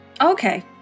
Okay